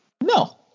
no